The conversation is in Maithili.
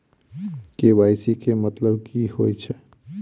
के.वाई.सी केँ मतलब की होइ छै?